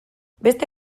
beste